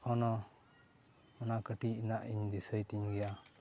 ᱮᱠᱷᱚᱱᱳ ᱚᱱᱟ ᱠᱟᱹᱴᱤᱡ ᱨᱮᱱᱟᱜ ᱤᱧ ᱫᱤᱥᱟᱹᱭ ᱛᱮᱧ ᱜᱮᱭᱟ